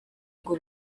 ngo